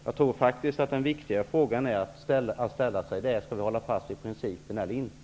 Jag tror faktiskt att den viktigaste frågan att ställa sig är om vi skall hålla fast vid principen eller inte.